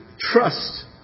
trust